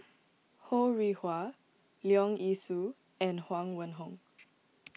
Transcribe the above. Ho Rih Hwa Leong Yee Soo and Huang Wenhong